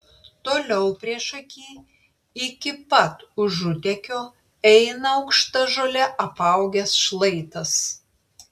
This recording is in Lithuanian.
toliau priešaky iki pat užutekio eina aukšta žole apaugęs šlaitas